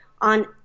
on